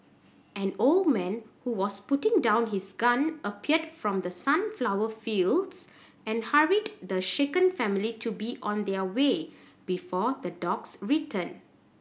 an old man who was putting down his gun appeared from the sunflower fields and hurried the shaken family to be on their way before the dogs return